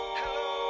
hello